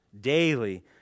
daily